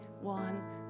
One